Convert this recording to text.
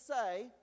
say